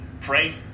pray